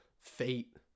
fate